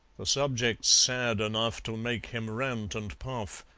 the subject's sad enough to make him rant and puff,